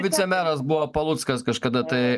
vicemeras buvo paluckas kažkada tai